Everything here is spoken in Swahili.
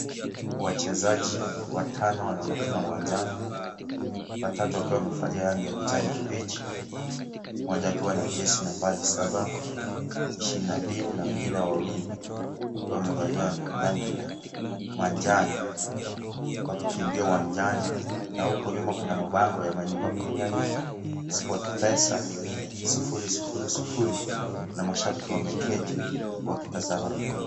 Wachezaji watano wanaonekana uwanjani, watatu wakiwa wamevalia rangi ya kijani kibichi, mmoja akiwa na jezi nambari 7,22 na wengine wawili wakiwa wamevalia rangi ya manjano, wakikimbia uwanjani na huku nyuma kuna mabango yameandikwa premier league, Sport Pesa 00 . Na mashabiki wameketi wakitazama mpira.